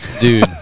Dude